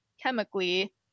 chemically